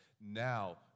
now